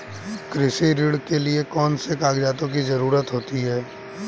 कृषि ऋण के लिऐ कौन से कागजातों की जरूरत होती है?